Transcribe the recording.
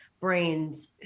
brains